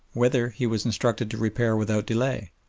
whither he was instructed to repair without delay.